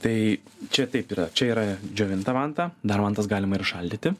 tai čia taip yra čia yra džiovinta vanta dar vantas galima ir šaldyti